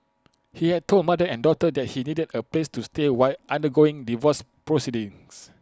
he had told mother and daughter that he needed A place to stay while undergoing divorce proceedings